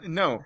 no